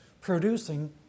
producing